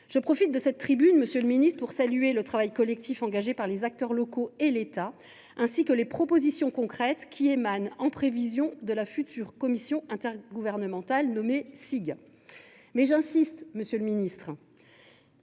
Je profite de l’occasion pour saluer le travail collectif engagé par les acteurs locaux et l’État, ainsi que les propositions concrètes qui en émanent en prévision de la future commission intergouvernementale (CIG). Mais j’insiste, monsieur le ministre